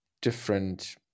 different